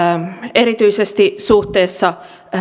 erityisesti suhteessa